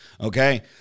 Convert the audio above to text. Okay